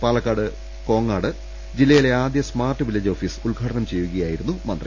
പാലക്കാട് കോങ്ങാട്ട് ജില്ലയിലെ ആദ്യ സ്മാർട്ട് വില്ലേജ് ഓഫീസ് ഉദ്ഘാടനം ചെയ്യുകയായിരുന്നു മന്ത്രി